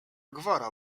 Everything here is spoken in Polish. gwara